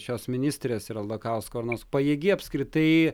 šios ministrės ir aldakausko ar nors pajėgi apskritai